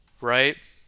right